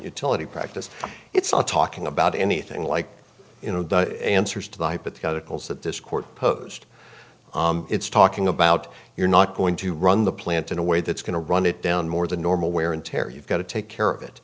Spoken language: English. utility practice it's not talking about anything like you know the answers to the hypotheticals that this court posed it's talking about you're not going to run the plant in a way that's going to run it down more than normal wear and tear you've got to take care of it